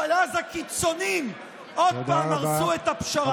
אבל אז הקיצוניים עוד פעם הרסו את הפשרה.